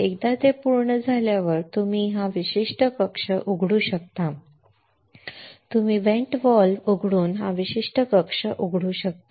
एकदा ते पूर्ण झाल्यावर तुम्ही हा विशिष्ट कक्ष उघडू शकता तुम्ही व्हेंट व्हॉल्व्ह उघडून हा विशिष्ट कक्ष उघडू शकता